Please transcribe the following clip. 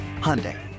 Hyundai